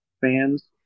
fans